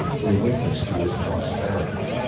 were witness to his prosperity.